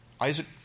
Isaac